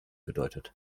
bedeutet